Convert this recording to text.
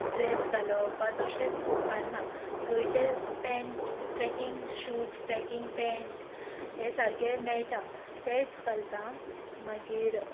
dress घालप वा तशें उपकारना थंय जे pant trekking shoes tracking pant हे सारके मेळटा तेच घालतां मागीर